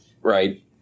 right